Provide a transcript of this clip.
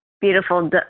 beautiful